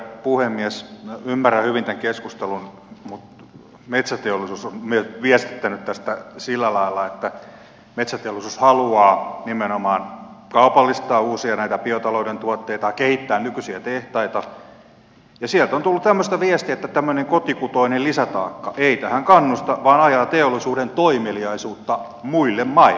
minä ymmärrän hyvin tämän keskustelun mutta metsäteollisuus on viestittänyt tästä sillä lailla että metsäteollisuus haluaa nimenomaan kaupallistaa näitä uusia biotalouden tuotteita kehittää nykyisiä tehtaita ja sieltä on tullut tämmöistä viestiä että tämmöinen kotikutoinen lisätaakka ei tähän kannusta vaan ajaa teollisuuden toimeliaisuutta muille maille